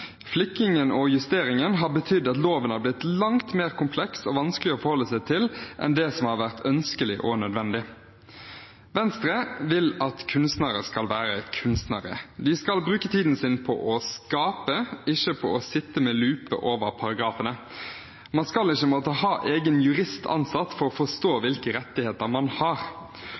Flikkingen og justeringen har betydd at loven har blitt langt mer kompleks og vanskelig å forholde seg til enn det som har vært ønskelig og nødvendig. Venstre vil at kunstnere skal være kunstnere. De skal bruke tiden sin på å skape, ikke på å sitte med lupe over paragrafene. Man skal ikke måtte ansette egen jurist for å forstå hvilke rettigheter man har.